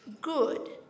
Good